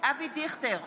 אבי דיכטר,